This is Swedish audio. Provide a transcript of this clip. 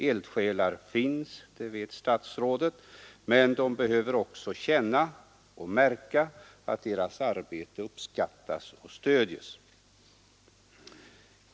Eldsjälar finns — det vet statsrådet — men de behöver också känna och märka att deras arbete uppskattas och stödes.